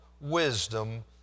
wisdom